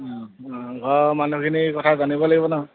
অঁ ঘৰৰ মানুহখিনি কথা জানিব লাগিব ন